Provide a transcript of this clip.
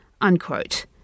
unquote